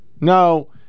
No